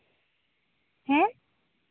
ᱦᱮᱸ